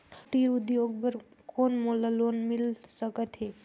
कुटीर उद्योग बर कौन मोला लोन मिल सकत हे?